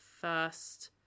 first